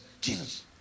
Jesus